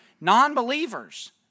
non-believers